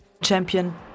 Champion